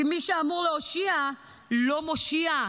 כי מי שאמור להושיע לא מושיע,